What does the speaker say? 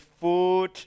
food